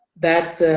that